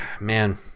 man